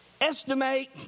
estimate